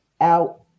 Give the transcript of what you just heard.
out